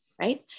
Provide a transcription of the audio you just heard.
Right